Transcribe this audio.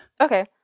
Okay